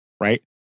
right